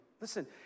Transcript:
Listen